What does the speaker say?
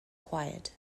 quiet